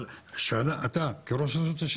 אבל אתה כראש רשות,